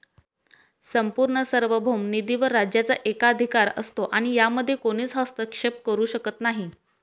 संपूर्ण सार्वभौम निधीवर राज्याचा एकाधिकार असतो आणि यामध्ये कोणीच हस्तक्षेप करू शकत नाही